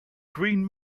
green